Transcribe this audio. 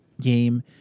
game